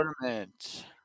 Tournament